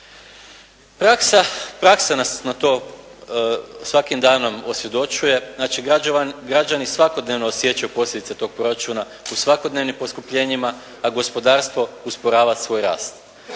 praksa nas na to svakim danom osvjedočuje, znači građani svakodnevno osjećaju posljedice toga proračuna u svakodnevnim poskupljenjima a gospodarstvo usporava svoj rast.